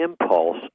impulse